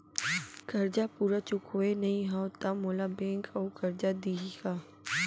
करजा पूरा चुकोय नई हव त मोला बैंक अऊ करजा दिही का?